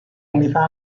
unità